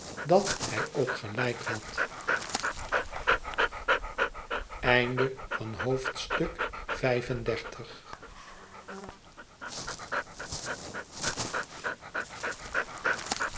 dat hij ook gelijk had